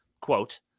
quote